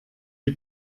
die